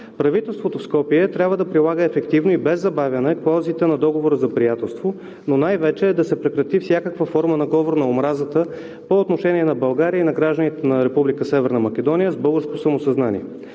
Правителството в Скопие трябва да прилага ефективно и без забавяне клаузите на Договора за приятелство, но най-вече да се прекрати всякаква форма на говор на омразата по отношение на България и на гражданите на Република Северна Македония с българско самосъзнание.